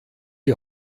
die